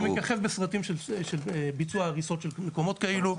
אני מככב בסרטים של ביצוע הריסות של מקומות כאלו.